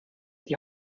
die